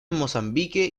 mozambique